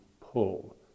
pull